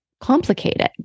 complicated